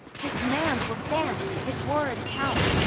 his commands will stand. his words count.